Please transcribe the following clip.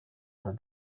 her